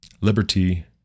Liberty